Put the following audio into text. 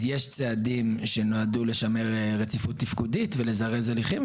יש צעדים שנועדו לשמר רציפות תפקודית ולזרז הליכים.